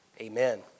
amen